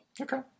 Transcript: Okay